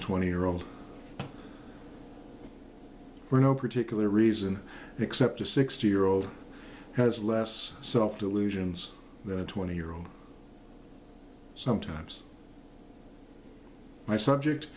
a twenty year old were no particular reason except a sixty year old has less so delusions that twenty year old sometimes my subject